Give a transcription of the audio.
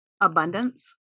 abundance